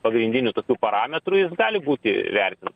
pagrindinių tokių parametrų jis gali būti vertin